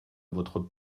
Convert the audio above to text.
votre